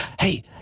hey